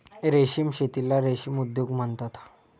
रेशीम शेतीला रेशीम उद्योग म्हणतात